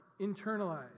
internalize